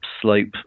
slope